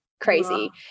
Crazy